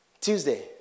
Tuesday